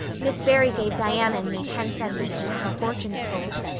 miss barry gave diana and me ten cents each to have our fortunes told.